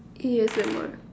A_S_M_R